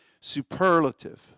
superlative